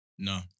No